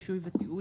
רישוי ותיעוד),